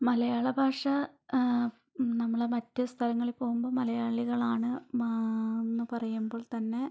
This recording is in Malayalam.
മലയാള ഭാഷ നമ്മൾ മറ്റു സ്ഥലങ്ങളിൽ പോവുമ്പം മലയാളികളാണ് എന്നു പറയുമ്പോൾ തന്നെ